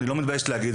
אני לא מתבייש להגיד,